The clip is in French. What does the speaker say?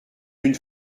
d’une